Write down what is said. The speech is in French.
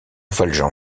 valjean